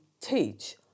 teach